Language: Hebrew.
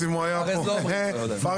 כפי